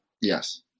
Yes